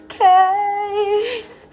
case